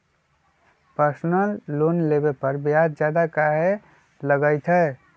Personal loan लेबे पर ब्याज ज्यादा काहे लागईत है?